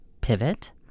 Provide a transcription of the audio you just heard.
pivot